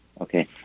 okay